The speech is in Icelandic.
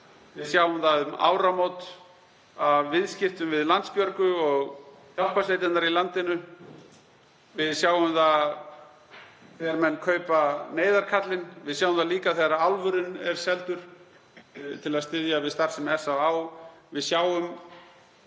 Við sjáum það um áramót af viðskiptum við Landsbjörgu og hjálparsveitirnar í landinu. Við sjáum það þegar fólk kaupir neyðarkallinn. Við sjáum það líka þegar álfurinn er seldur til að styðja við starfsemi SÁÁ.